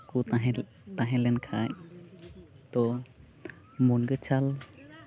ᱠᱚ ᱛᱟᱦᱮᱸ ᱛᱟᱦᱮᱸ ᱞᱮᱱᱠᱷᱟᱡ ᱛᱚ ᱢᱩᱱᱜᱟᱹ ᱪᱷᱟᱞ